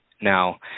Now